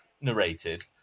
narrated